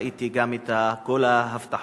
ראיתי גם את כל ההבטחות.